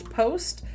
post